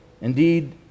Indeed